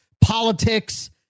politics